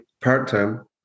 part-time